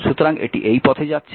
সুতরাং এটি এই পথে যাচ্ছে